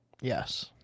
Yes